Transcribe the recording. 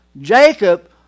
Jacob